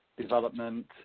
development